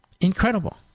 Incredible